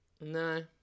No